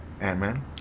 Ant-Man